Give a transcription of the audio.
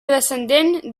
descendent